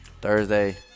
Thursday